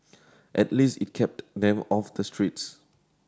at least it kept them off the streets